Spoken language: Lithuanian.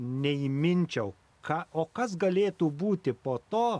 neįminčiau ką o kas galėtų būti po to